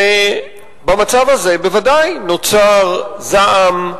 ובמצב הזה בוודאי נוצר זעם,